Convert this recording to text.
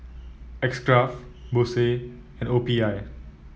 X Craft Bose and O P I